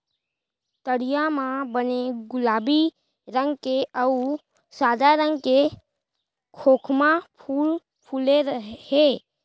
तरिया म बने गुलाबी रंग के अउ सादा रंग के खोखमा फूल फूले हे